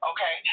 Okay